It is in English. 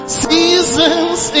seasons